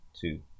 Two